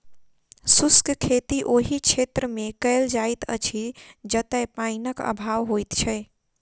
शुष्क खेती ओहि क्षेत्रमे कयल जाइत अछि जतय पाइनक अभाव होइत छै